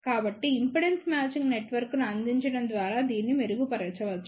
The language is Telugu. కాబట్టి ఇంపిడెన్స్ మ్యాచింగ్ నెట్వర్క్ను అందించడం ద్వారా దీన్ని మెరుగుపరచవచ్చు